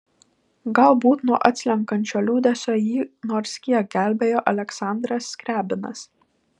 galbūt nuo atslenkančio liūdesio jį nors kiek gelbėjo aleksandras skriabinas